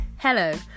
hello